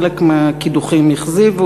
חלק מהקידוחים הכזיבו,